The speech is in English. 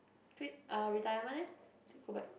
re~ err retirement eh